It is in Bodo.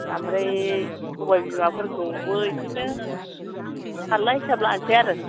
ओमफ्राय सबाय बिमाफोरखौबो बिदिनो फाल्ला हिसाब लानोसै आरो